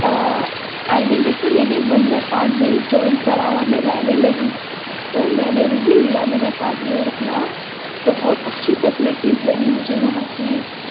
آئی mean جیسے میں نے وندنا اپارٹمنٹ جوائن کرا وہاں میں رہنے لگی تو میں نے وہیں لیا میں نے اپارٹمنٹ اپنا بہت اچھی فیسلیٹیز لگی مجھے وہاں کی